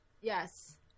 Yes